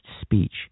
speech